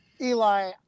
Eli